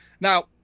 now